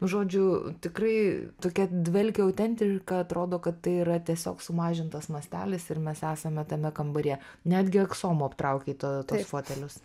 žodžiu tikrai tokia dvelkia autentika atrodo kad tai yra tiesiog sumažintas mastelis ir mes esame tame kambaryje netgi aksomu aptrauktei to tuos fotelius